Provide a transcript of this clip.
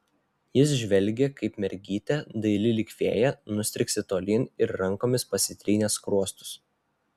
jis žvelgė kaip mergytė daili lyg fėja nustriksi tolyn ir rankomis pasitrynė skruostus